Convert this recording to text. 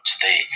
today